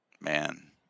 Man